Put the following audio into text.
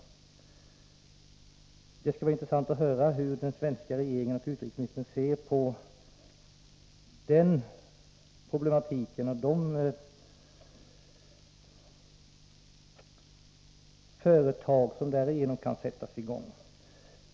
Det skulle vara intressant att höra hur den svenska regeringen och utrikesministern ser på denna problematik och de företag som därigenom kan sättas i gång.